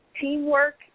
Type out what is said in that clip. Teamwork